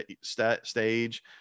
stage